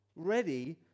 ready